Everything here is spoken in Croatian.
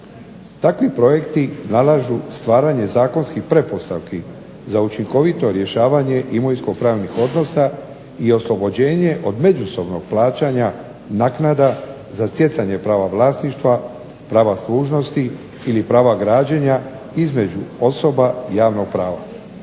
Takvi projekti nalažu stvaranje zakonskih pretpostavki za učinkovito rješavanje imovinskopravnih odnosa i oslobođenje od međusobnog plaćanja naknada za stjecanje prava vlasništva, prava služnosti ili prava građenja između osoba javnog prava.